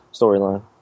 storyline